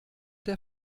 der